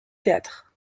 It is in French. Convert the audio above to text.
théâtre